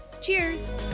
Cheers